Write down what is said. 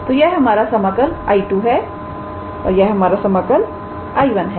तो यह हमारा समाकल 𝐼2 है और यह हमारा समाकल 𝐼1 है